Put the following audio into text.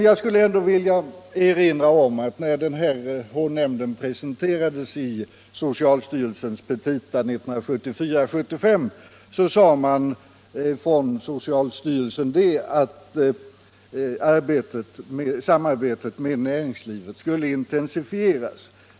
Jag skulle ändå vilja erinra om att när H-nämnden presenterades i socialstyrelsens petita 1974/75 sade socialstyrelsen att samarbetet med näringslivet skulle intensifieras.